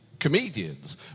comedians